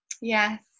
Yes